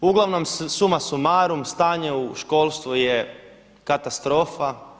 I uglavnom suma sumarum stanje u školstvu je katastrofa.